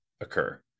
occur